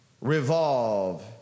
revolve